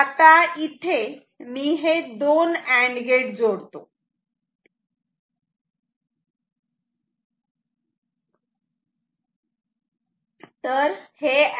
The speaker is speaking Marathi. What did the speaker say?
आता इथे मी हे दोन अँड गेट जोडतो